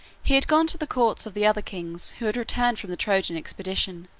he had gone to the courts of the other kings, who had returned from the trojan expedition.